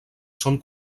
són